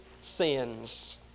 sins